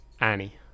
Annie